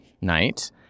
night